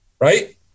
right